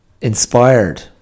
inspired